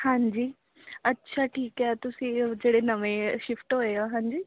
ਹਾਂਜੀ ਅੱਛਾ ਠੀਕ ਹੈ ਤੁਸੀਂ ਜਿਹੜੇ ਨਵੇਂ ਸ਼ਿਫਟ ਹੋਏ ਹੋ ਹਾਂਜੀ